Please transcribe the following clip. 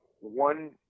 One